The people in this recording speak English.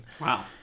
Wow